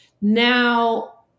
now